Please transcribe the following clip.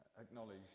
acknowledge